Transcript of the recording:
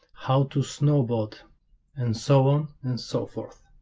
how to snowboard and so on and so forth